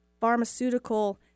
pharmaceutical